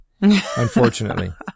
unfortunately